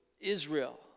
Israel